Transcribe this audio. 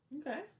Okay